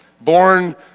born